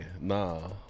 nah